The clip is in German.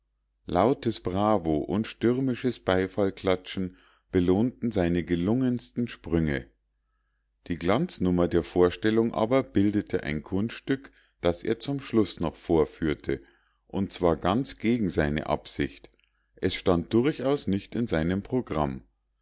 lautes bravo und stürmisches beifallsklatschen belohnten seine gelungensten sprünge die glanznummer der vorstellung aber bildete ein kunststück das er zum schlusse noch vorführte und zwar ganz gegen seine absicht es stand durchaus nicht in seinem programm